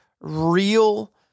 real